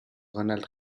ronald